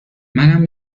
منم